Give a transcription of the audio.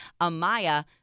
Amaya